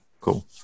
Cool